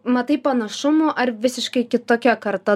matai panašumų ar visiškai kitokia karta